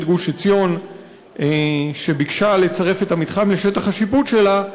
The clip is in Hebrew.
גוש-עציון צירף את המתחם לשטח השיפוט שלה,